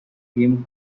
him